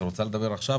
את רוצה לדבר עכשיו,